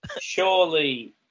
Surely